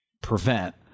prevent